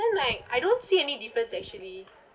then like I don't see any difference actually